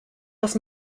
das